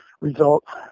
results